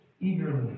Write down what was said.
eagerly